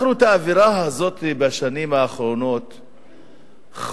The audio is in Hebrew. אנחנו את האווירה הזאת בשנים האחרונות חווים,